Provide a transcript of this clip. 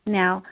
now